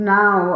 now